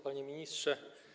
Panie Ministrze!